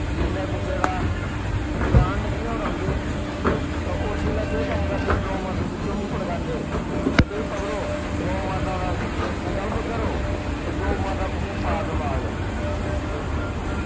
जेल्लै कुसै दा प्राण निकलने पर औंदे ते उस बेल्लै केह् करदे गौ माता दी चुम्ब पकड़ांदे की भाई पकड़ो गौ माता दा संकल्प करो कि गौ माता तुसेंगी पार टपाह्ग